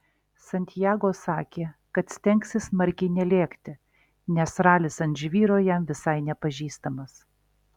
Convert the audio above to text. santiago sakė kad stengsis smarkiai nelėkti nes ralis ant žvyro jam visai nepažįstamas